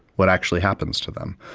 what actually happens to them?